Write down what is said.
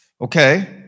Okay